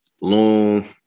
long